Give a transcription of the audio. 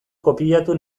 kopiatu